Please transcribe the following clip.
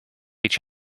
each